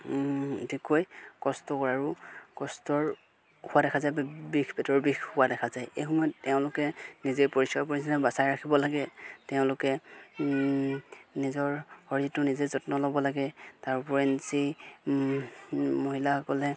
কষ্ট কৰে আৰু কষ্টৰ হোৱা দেখা যায় বিষ পেটৰ বিষ হোৱা দেখা যায় এই সময়ত তেওঁলোকে নিজে বাচাই ৰাখিব লাগে তেওঁলোকে নিজৰ শৰীৰটো নিজে যত্ন ল'ব লাগে তাৰোপৰঞ্চি মহিলাসকলে